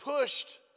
pushed